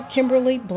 Kimberly